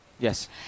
Yes